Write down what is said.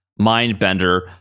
Mindbender